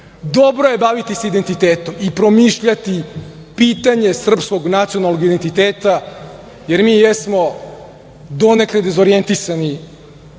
uloga. Dobro je baviti se identitetom i promišljati pitanje srpskog nacionalnog identiteta, jer mi jesmo donekle dezorijentisani